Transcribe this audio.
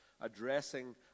addressing